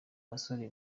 basore